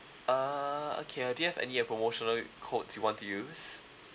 uh okay uh do you have any uh promotional codes you want to use